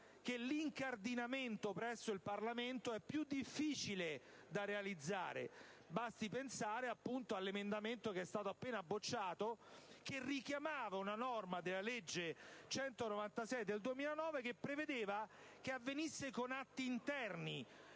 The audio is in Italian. che l'incardinamento presso il Parlamento è più difficile da realizzare: basti pensare all'emendamento appena bocciato che richiamava una norma della legge n. 196 del 2009 che prevedeva che avvenisse con atti interni,